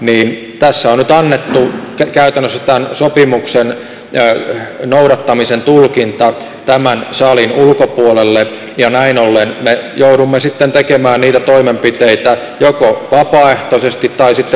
niin tässä on nyt annettu käytännössä tämän sopimuksen noudattamisen tulkinta tämän salin ulkopuolelle ja näin ollen me joudumme tekemään niitä toimenpiteitä joko vapaaehtoisesti tai sitten komission johdolla